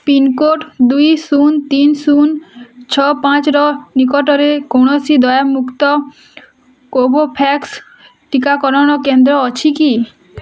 pincode ଦୁଇ ଶୂନ ତିନି ଶୂନ ଛଅ ପାଞ୍ଚର ନିକଟରେ କୌଣସି ଦେୟମୁକ୍ତ କୋଭୋଭ୍ୟାକ୍ସ୍ ଟିକାକରଣ କେନ୍ଦ୍ର ଅଛି କି